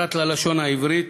פרט ללשון העברית,